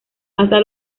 hasta